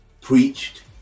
preached